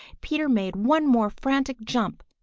peter made one more frantic jump.